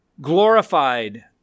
glorified